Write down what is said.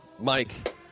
Mike